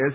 S